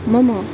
मम